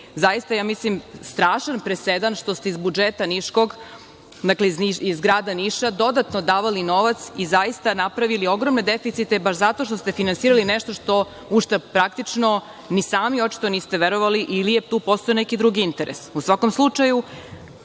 zaista ja mislim, strašan presedan što ste iz budžeta grada Niša dodatno davali novac i zaista napravili ogromne deficite baš zato što ste finansirali nešto u šta praktično ni sami očito niste verovali ili je tu postojao neki drugi interes.U svakom slučaju